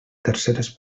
terceres